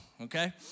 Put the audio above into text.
okay